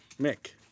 Mick